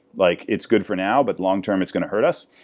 like it's good for now, but long-term is going to hurt us.